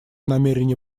намерение